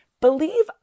Believe